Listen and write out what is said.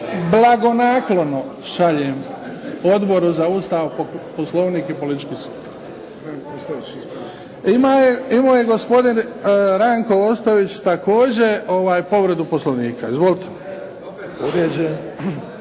blagonaklono šaljem Odboru za Ustav, poslovnik i politički sustav. Imao je gospodin Ranko Ostojić također povredu Poslovnika. Izvolite.